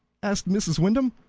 asked mrs. wyndham,